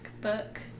Book